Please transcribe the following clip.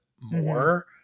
more